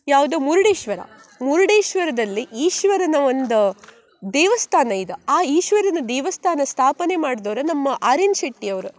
ಯಾವುದು ಮುರುಡೇಶ್ವರ ಮುರುಡೇಶ್ವರದಲ್ಲಿ ಈಶ್ವರನ ಒಂದು ದೇವಸ್ಥಾನ ಇದೆ ಆ ಈಶ್ವರನ ದೇವಸ್ಥಾನ ಸ್ಥಾಪನೆ ಮಾಡ್ದೋರು ನಮ್ಮ ಆರ್ ಎನ್ ಶೆಟ್ಟಿಯವರು